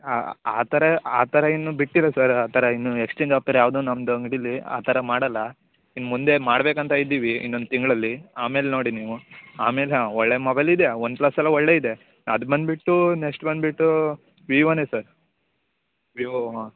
ಹಾಂ ಆ ಥರ ಆ ಥರ ಇನ್ನು ಬಿಟ್ಟಿಲ್ಲ ಸರ್ ಆ ಥರ ಇನ್ನು ಎಕ್ಚೇಂಜ್ ಆಪರ್ ಯಾವುದು ನಮ್ದು ಅಂಗಡಿಲಿ ಆ ಥರ ಮಾಡಲ್ಲ ಇನ್ನುಮುಂದೆ ಮಾಡಬೇಕಂತ ಇದ್ದೀವಿ ಇನ್ನು ಒಂದ್ ತಿಂಗಳಲ್ಲಿಆಮೇಲೆ ನೋಡಿ ನೀವು ಆಮೇಲೆ ಹಾಂ ಒಳ್ಳೆ ಮೊಬೈಲ್ ಇದೆ ಒನ್ಪ್ಲಸ್ ಎಲ್ಲ ಒಳ್ಳೆ ಇದೆ ಅದು ಬಂದುಬಿಟ್ಟು ನೆಕ್ಸ್ಟ್ ಬಂದುಬಿಟ್ಟು ವಿವೋನೇ ಸರ್ ವಿವೋ ಹಾಂ